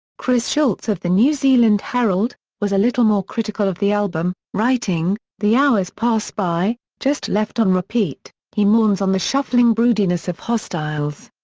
chris schulz of the new zealand herald, was a little more critical of the album, album, writing the hours pass by, just left on repeat he mourns on the shuffling broodiness of hostiles.